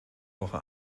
woche